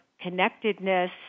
connectedness